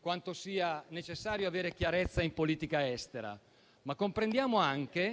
quanto sia necessario avere chiarezza in politica estera, ma comprendiamo anche